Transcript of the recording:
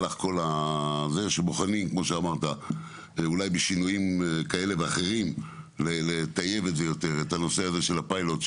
שבוחנים שינויים כאלה ואחרים על מנת לטייב את נושא הפיילוט,